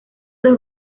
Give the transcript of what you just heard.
dos